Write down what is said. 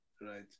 right